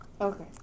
Okay